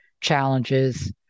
challenges